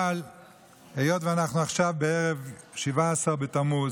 אבל היות שאנחנו עכשיו בערב 17 בתמוז